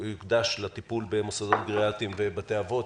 יוקדש לטיפול במוסדות גריאטריים ובתי אבות.